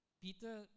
Peter